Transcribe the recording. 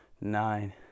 nine